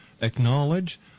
acknowledge